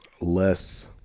less